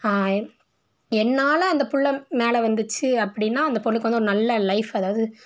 என் என்னால் அந்த பிள்ள மேலே வந்துச்சு அப்படின்னா அந்த பொண்ணுக்கு வந்து ஒரு நல்ல லைஃப் அதாவது